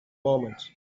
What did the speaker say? moment